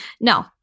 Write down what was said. no